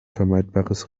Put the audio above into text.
vermeidbares